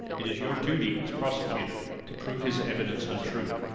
it is your duty as prosecutor to prove his evidence untrue.